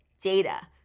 data